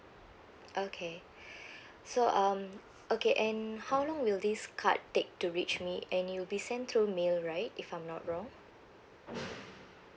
okay so um okay and how long will this card take to reach me and it will be sent through mail right if I'm not wrong